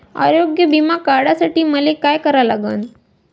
आरोग्य बिमा काढासाठी मले काय करा लागन?